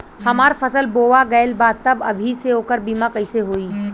हमार फसल बोवा गएल बा तब अभी से ओकर बीमा कइसे होई?